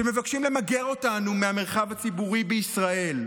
שמבקשים למגר אותנו מהמרחב הציבורי בישראל.